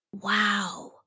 Wow